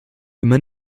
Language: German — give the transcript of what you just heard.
immer